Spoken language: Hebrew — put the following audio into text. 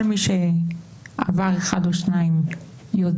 כל מי שעבר אחת או שתיים יודע,